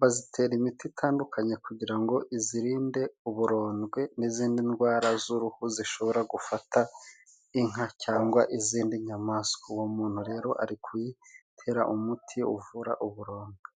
bazitera imiti itandukanye kugira ngo izirinde uburondwe n'izindi ndwara z'uruhu zishobora gufata inka cyangwa izindi nyamaswa. Uwo muntu rero ari kuyitera umuti uvura uburondwe.